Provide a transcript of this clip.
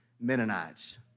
Mennonites